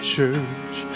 church